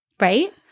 Right